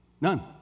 None